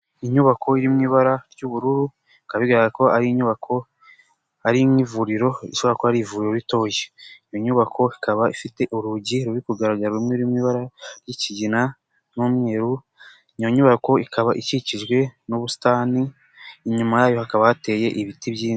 Inyubako yo mu ibara ry'ubururu ika bigaragara ko ari inyubako, ari nk'ivuriro ishobora kuba ivuriro ritoya. Iyo nyubako ikaba ifite urugi ruri kugaragara rumwe ruri mu ibara ry'ikigina n'umweru, iyo nyubako ikaba ikikijwe n'ubusitani, inyumayo hakaba hateye ibiti byinshi.